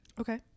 Okay